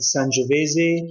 Sangiovese